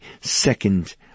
second